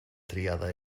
triada